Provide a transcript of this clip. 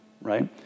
right